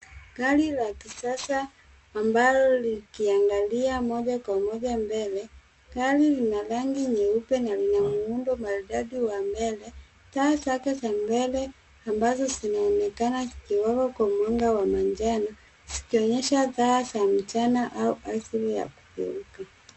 Gari la kisasa ambalo likiangalia moja kwa moja mbele. Gari lina rangi nyeupe na lina muundo maridadi wa mbele. Taa zake za mbele ambazo zinaonekana zikiwaka kwa mwanga wa majano. Zikionyesha taa za mchana au asili ya kugeuka.